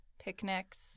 picnics